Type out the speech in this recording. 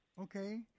Okay